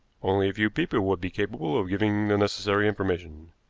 only a few people would be capable of giving the necessary information.